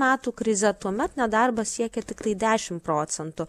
metų krize tuomet nedarbas siekė tiktai dešim procentų